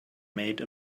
made